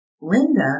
Linda